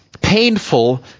painful